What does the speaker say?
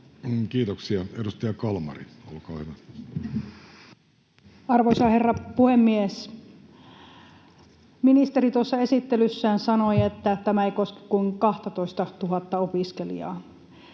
muuttamisesta Time: 14:16 Content: Arvoisa herra puhemies! Ministeri tuossa esittelyssään sanoi, että tämä ei koske kuin 12 000:ta opiskelijaa